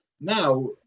now